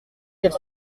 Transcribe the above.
quels